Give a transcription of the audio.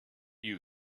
you